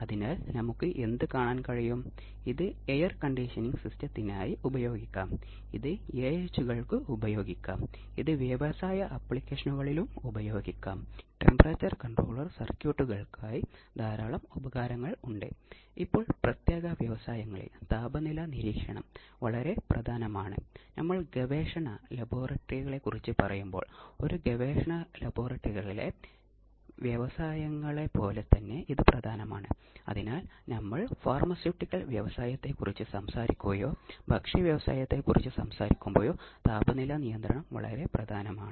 അതിനാൽ ചില തരംതിരിവുകൾ ഔട്ട്പുട്ട് തരംഗരൂപത്തെ അടിസ്ഥാനമാക്കിയുള്ളതാണ് സർക്യൂട്ട് ഘടകങ്ങളെ അടിസ്ഥാനമാക്കി ഓപ്പറേറ്റിംഗ് ആവൃത്തിയെ അടിസ്ഥാനമാക്കി ഫീഡ്ബാക്ക് നൽകിയിട്ടുണ്ടോ ഇല്ലയോ എന്നതിനെ അടിസ്ഥാനമാക്കി ഒക്കെ തരം തിരിക്കാം